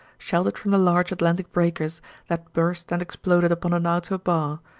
sheltered from the large atlantic breakers that burst and exploded upon an outer bar,